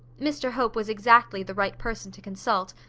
mr hope was exactly the right person to consult,